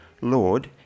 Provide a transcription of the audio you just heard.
Lord